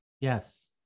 yes